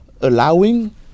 allowing